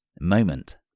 moment